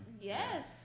Yes